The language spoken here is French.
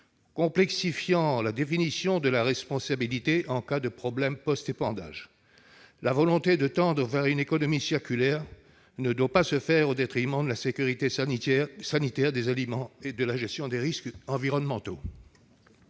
complexifiant la définition de la responsabilité en cas de problème post-épandage. L'évolution vers une économie circulaire ne doit pas être au détriment de la sécurité sanitaire des aliments et de la gestion des risques environnementaux.